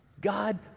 God